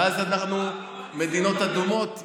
ואז יש מדינות אדומות,